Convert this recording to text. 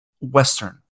Western